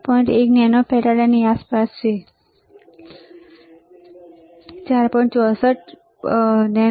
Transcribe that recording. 1 nano ફેરાડેની આસપાસ છે બરાબર461 464